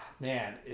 Man